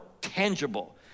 tangible